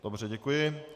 Dobře, děkuji.